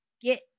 Get